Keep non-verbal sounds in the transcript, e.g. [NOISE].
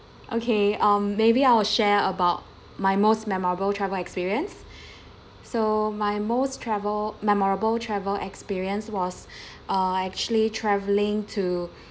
okay um maybe I will share about my most memorable travel experience so my most travel memorable travel experience was [BREATH] uh actually traveling to